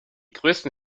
größten